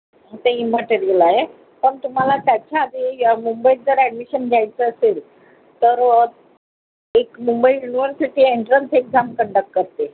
ते इम्मटेरिअल आहे पण तुम्हाला त्याच्याआधी या मुंबईत जर ॲडमिशन घ्यायचं असेल तर एक Mumbai university entrance exam conduct करते